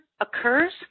occurs